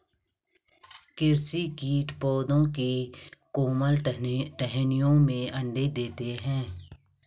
कृषि कीट पौधों की कोमल टहनियों में अंडे देते है